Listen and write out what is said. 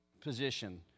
position